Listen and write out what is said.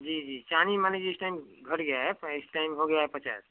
जी जी चानी मान लीजिए इस टाइम घट गया है इस टाइम हो गया है पचास